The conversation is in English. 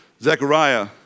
Zechariah